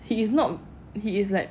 he is not he is like